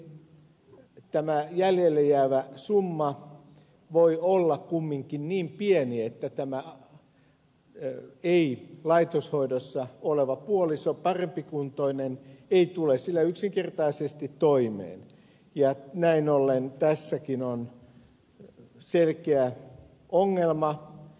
kuitenkin tämä jäljelle jäävä summa voi olla niin pieni että ei laitoshoidossa oleva puoliso parempikuntoinen ei tule sillä yksinkertaisesti toimeen ja näin ollen tässäkin on selkeä ongelma